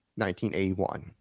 1981